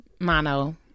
mono